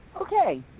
Okay